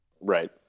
Right